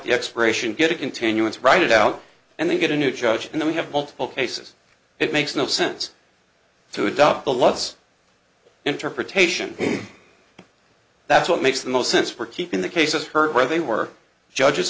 the expiration get a continuance write it out and then get a new judge and then we have multiple cases it makes no sense to adopt the laws interpretation that's what makes the most sense for keeping the cases heard where they were judges